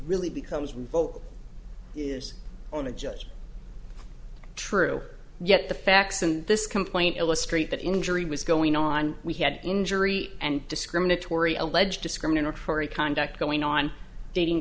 really becomes a vote is on a judge true yet the facts in this complaint illustrate that injury was going on we had injury and discriminatory alleged discriminatory conduct going on dating